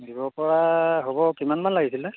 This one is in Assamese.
দিব পৰা হ'ব কিমানমান লাগিছিলে